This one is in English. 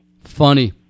Funny